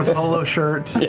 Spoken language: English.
polo shirt,